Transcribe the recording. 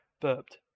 burped